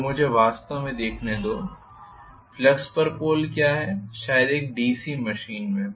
तो मुझे वास्तव में देखने दो फ्लक्स पर पोल क्या है शायद एक डीसी मशीन में